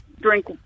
drink